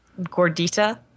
Gordita